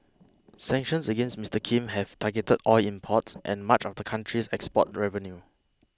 sanctions against Mister Kim have targeted oil imports and much of the country's export revenue